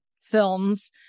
films